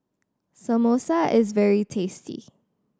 samosa is very tasty